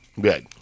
Good